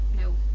No